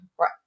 Right